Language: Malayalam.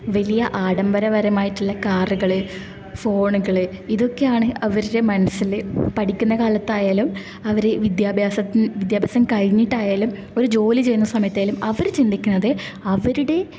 വലിയ ആഡംബരപരമായിട്ടുള്ള കാറ്കൾ ഫോണുകൾ ഇതൊക്കെയാണ് ഇവരുടെ മനസ്സിൽ പഠിക്കുന്ന കാലത്തായാലും അവർ വിദ്യാഭ്യാസം വിദ്യാഭ്യാസം കഴിഞ്ഞിട്ടായാലും ഒരു ജോലി ചെയ്യുന്ന സമയത്തായാലും അവർ ചിന്തിക്കണത് അവരുടെ